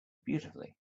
beautifully